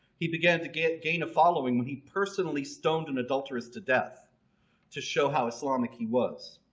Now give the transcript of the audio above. he began to get gain of following when he personally stoned an adulteress to death to show how islamic he was.